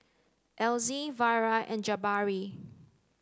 Elzie Vara and Jabari